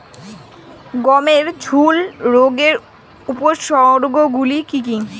গমের ঝুল রোগের উপসর্গগুলি কী কী?